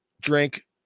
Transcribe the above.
drink